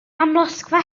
amlosgfa